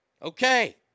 Okay